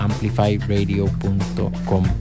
amplifyradio.com